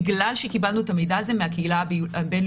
בגלל שקיבלנו את המידע הזה מהקהילה הבין-לאומית